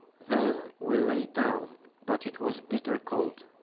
then we lay down but it was bitter cold.